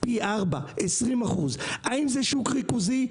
פי ארבע, 20%. האם זה שוק ריכוזי?